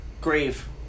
grave